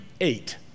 eight